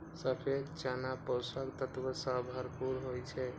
सफेद चना पोषक तत्व सं भरपूर होइ छै